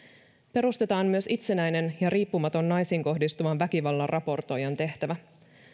perustetaan myös itsenäinen ja riippumaton naisiin kohdistuvan väkivallan raportoijan tehtävä